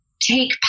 take